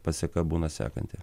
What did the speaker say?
paseka būna sekanti